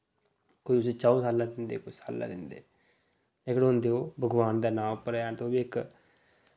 कोई उसी चाऊं सालै दिंदे कोई सालै दिंदे लेकिन होंदे ओह् भगवान दे नांऽ उप्पर गै न ते ओह् बी इक